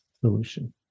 solution